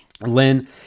Lynn